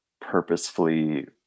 purposefully